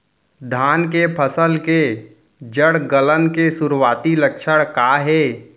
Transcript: धान के फसल के जड़ गलन के शुरुआती लक्षण का हे?